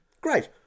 Great